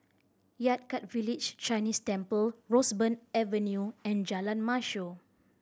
Yan Kit Village Chinese Temple Roseburn Avenue and Jalan Mashor